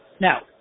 Now